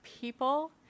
people